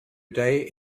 date